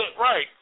right